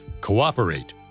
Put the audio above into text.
cooperate